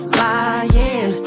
lying